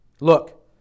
Look